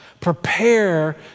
prepare